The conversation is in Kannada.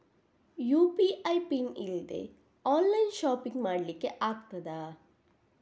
ಯು.ಪಿ.ಐ ಪಿನ್ ಇಲ್ದೆ ಆನ್ಲೈನ್ ಶಾಪಿಂಗ್ ಮಾಡ್ಲಿಕ್ಕೆ ಆಗ್ತದಾ?